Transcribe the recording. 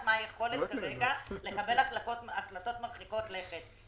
מה היכולת כרגע לקבל החלטות מרחיקות לכת.